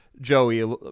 joey